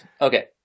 Okay